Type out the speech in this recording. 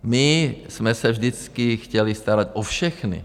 My jsme se vždycky chtěli starat o všechny.